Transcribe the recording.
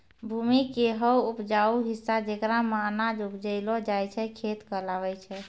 भूमि के हौ उपजाऊ हिस्सा जेकरा मॅ अनाज उपजैलो जाय छै खेत कहलावै छै